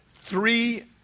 three